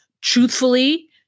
truthfully